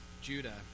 Judah